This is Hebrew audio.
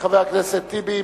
עשר דקות תמימות עומדות לרשותך.